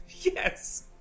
Yes